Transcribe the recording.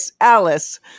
Alice